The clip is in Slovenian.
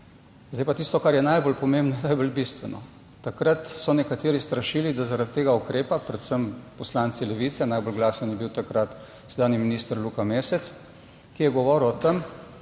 Zdaj pa tisto, kar je najbolj pomembno, najbolj bistveno. Takrat so nekateri strašili, da zaradi tega ukrepa - predvsem poslanci Levice, najbolj glasen je bil takrat sedanji minister Luka Mesec, ki je govoril o tem,